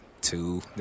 two